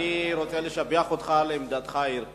אני רוצה לשבח אותך על עמדתך הערכית